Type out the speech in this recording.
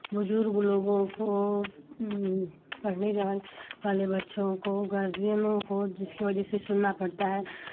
बुज़ुर्ग लोगों को पढ़ने जाने वाले बच्चों को गार्जियनों को जिसकी वजह से सुनना पड़ता है